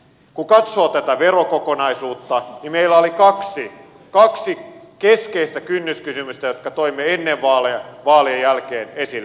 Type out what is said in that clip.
kun katsoo tätä verokokonaisuutta niin meillä oli kaksi keskeistä kynnyskysymystä jotka toimme ennen vaaleja ja vaalien jälkeen esille